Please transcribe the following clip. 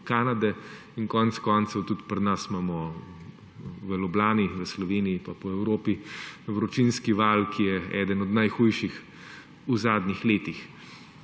Kanade, in konec koncev tudi pri nas imamo v Ljubljani, v Sloveniji in po Evropi vročinski val, ki je eden najhujših v zadnjih letih.